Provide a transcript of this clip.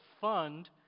fund